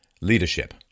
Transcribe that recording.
leadership